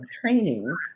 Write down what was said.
training